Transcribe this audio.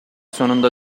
sonunda